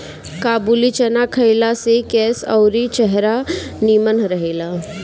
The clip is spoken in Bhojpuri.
काबुली चाना खइला से केस अउरी चेहरा निमन रहेला